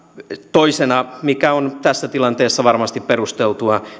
toisena mikä on tässä tilanteessa varmasti perusteltua